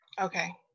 Okay